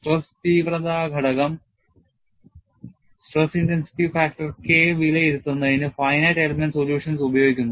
stress തീവ്രത ഘടകം K വിലയിരുത്തുന്നതിന് finite element solutions ഉപയോഗിക്കുന്നു